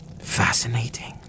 Fascinating